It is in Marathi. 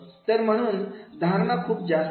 तर म्हणून धारणा खूप जास्त आहे